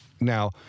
now